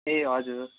ए हजुर